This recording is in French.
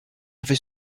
avait